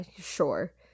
sure